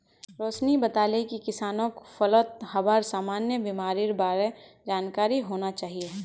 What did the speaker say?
रोशिनी बताले कि किसानक फलत हबार सामान्य बीमारिर बार जानकारी होना चाहिए